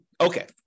Okay